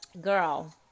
girl